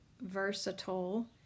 versatile